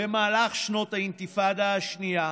במהלך שנות האינתיפאדה השנייה,